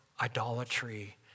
idolatry